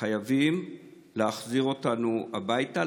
חייבים להחזיר אותנו הביתה,